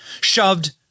shoved